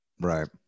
right